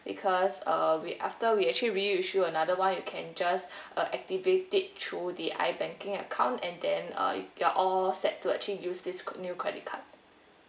because uh we after we actually reissue you another one you can just uh activate it through the I banking account and then uh you're all set to actually use this new credit card